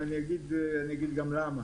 ואני אגיד גם למה.